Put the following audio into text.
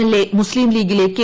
L ്എ മുസ്ലീം ലീഗിലെ K